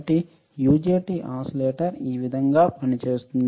కాబట్టి UJT oscillator ఈ విధంగా పని చేస్తుంది